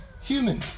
human